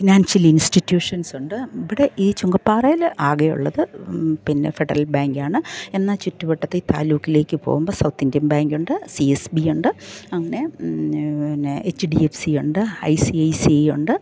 financial institutions ഉണ്ട് ഇവിടെ ഈ ചുങ്കപ്പാറയില് ആകെ ഉള്ളത് പിന്നെ ഫെഡറൽ ബാങ്കാണ് എന്നാൽ ചുറ്റുവട്ടത്ത് ഈ താലൂക്കിലേക്ക് പോകുമ്പോൾ സൗത്ത് ഇന്ത്യൻ ബാങ്ക് ഉണ്ട് സി എസ് ബി ഉണ്ട് അങ്ങനെ പിന്നെ എച്ച് ഡി എഫ് സി ഉണ്ട് I C I C I ഉണ്ട്